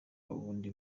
bundi